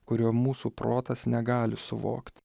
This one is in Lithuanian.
kurio mūsų protas negali suvokt